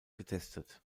getestet